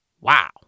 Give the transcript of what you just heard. Wow